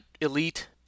elite